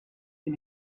ihr